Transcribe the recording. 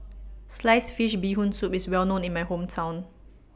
Sliced Fish Bee Hoon Soup IS Well known in My Hometown